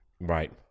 Right